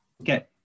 Okay